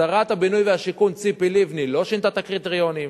שרת הבינוי והשיכון ציפי לבני לא שינתה את הקריטריונים,